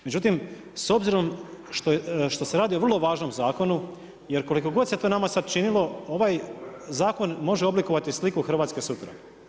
Međutim, s obzirom što se radi o vrlo važnom zakonu jer koliko god se to nama sad činilo ovaj zakon može oblikovati sliku Hrvatske sutra.